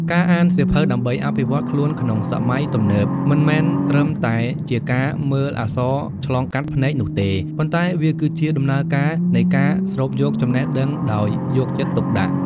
ការអានសៀវភៅដើម្បីអភិវឌ្ឍខ្លួនក្នុងសម័យទំនើប មិនមែនត្រឹមតែជាការមើលអក្សរឆ្លងកាត់ភ្នែកនោះទេ ប៉ុន្តែវាគឺជាដំណើរការនៃការស្រូបយកចំណេះដឹងដោយយកចិត្តទុកដាក់។